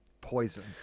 Poison